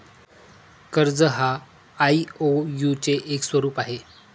कर्ज हा आई.ओ.यु चे एक स्वरूप आहे